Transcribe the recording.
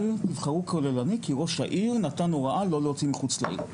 אל תבחרו כוללני כי ראש העיר נתן הוראה לא להוציא מחוץ לעיר.